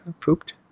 pooped